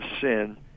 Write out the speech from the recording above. sin